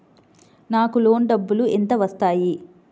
నాకు లోన్ డబ్బులు ఎంత వస్తాయి?